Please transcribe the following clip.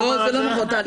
זה לא נכון, טלי.